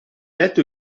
letto